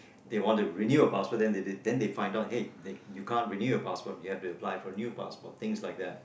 they want to renew a passport then they they then they find out hey they you can't renew a passport you have to apply for new passport things like that